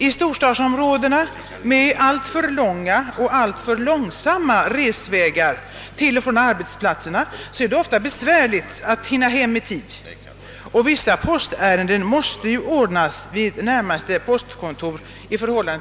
I storstadsområdena med alltför långa och alltför långsamma resvägar till och från arbetsplatserna är det ofta besvärligt att hinna hem i tid, och vissa postärenden måste ju ordnas vid det postkontor som ligger närmast bostaden.